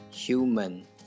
Human